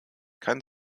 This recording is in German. kein